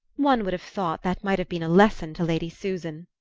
one would have thought that might have been a lesson to lady susan.